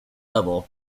level